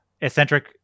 eccentric